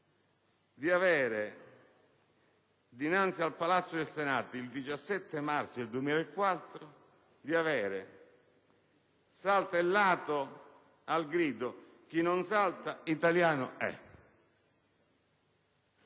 di avere, dinanzi al Palazzo del Senato, il 17 marzo 2004, saltellato al grido «chi non salta, italiano è».